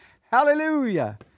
Hallelujah